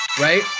Right